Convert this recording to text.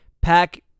Pack